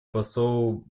посол